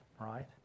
right